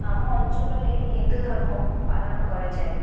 ଆମ ଅଞ୍ଚଲରେ ହିନ୍ଦୁ ଧର୍ମ ପାଳନ କରାଯାଏ